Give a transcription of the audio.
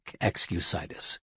excusitis